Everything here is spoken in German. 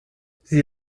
sie